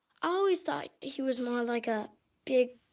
always thought he was more like a big